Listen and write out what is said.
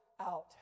out